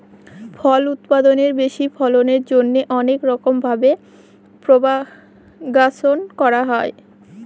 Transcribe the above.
ফল উৎপাদনের বেশি ফলনের জন্যে অনেক রকম ভাবে প্রপাগাশন করা হয়